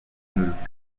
smooth